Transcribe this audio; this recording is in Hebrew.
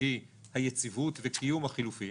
והיא היציבות וקיום החילופים,